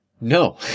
No